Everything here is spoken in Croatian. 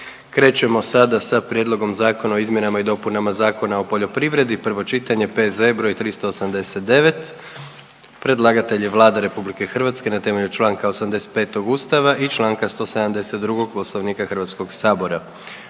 Krećemo sada sa: - Prijedlogom Zakona o izmjenama i dopunama Zakona o poljoprivredi, prvo čitanje, P.Z. br. 389. Predlagatelj je Vlada Republike Hrvatske na temelju članka 85. Ustava i članka 172. Poslovnika Hrvatskog sabora.